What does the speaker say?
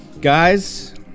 guys